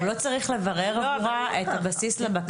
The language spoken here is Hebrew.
הוא לא צריך לברר עבורה את הבסיס לבקשה.